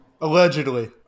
Allegedly